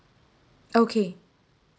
okay